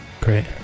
Great